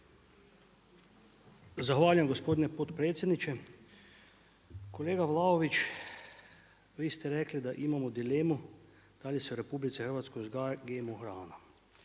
Zahvaljujem gospodine potpredsjedniče. Kolega Vlaović, vi ste rekli da imamo dilemu da li se u RH uzgaja GMO hrana,